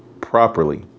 properly